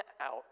out